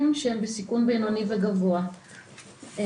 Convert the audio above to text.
שהם בסיכון בינוני וגבוה להתמכרות.